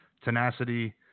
tenacity